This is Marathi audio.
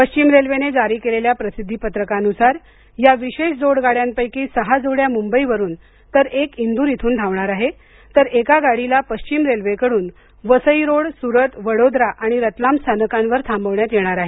पश्चिम रेल्वेने जारी केलेल्या प्रसिद्धी पत्रकानुसार या विशेष जोड गाड्यांपैकी सहा जोड्या मुंबईवरून तर एक इंदूर येथून धावणार आहे तर एका गाडीला पश्चिम रेल्वेकडून वसई रोड सुरत वडोदरा आणि रतलाम स्थानकांवर थांबविण्यात येणार आहे